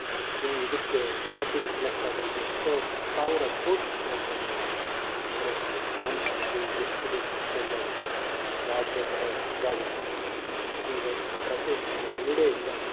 K ಇದಕ್ಕೆ ಕ್ಲಬಿಗೆ ಸೆಲೆಕ್ಟಾದ್ರು ಎಷ್ಟೋ ಸಾವಿರ ಕೋಟಿಗೆ ಸೆಲೆಕ್ಟಾಗಿದ್ದಾರಂತೆ ಅಂದರೆ ಮನುಷ್ಯನಿಗೆ ಎಷ್ಟು ಬೇಕಾದ್ರೂ ಚೇಂಜಾಗುತ್ತೆ ಯಾವ್ದು ಬೇಕಾರ ಇದಾಗುತ್ತೆ ಹಾಗೆ ಪ್ರತಿಯೊ ಕ ಕ್ರೀಡೆಯಿಂದ